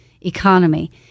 economy